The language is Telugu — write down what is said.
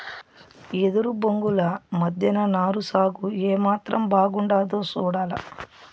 ఎదురు బొంగుల మద్దెన నారు సాగు ఏమాత్రం బాగుండాదో సూడాల